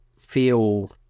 feel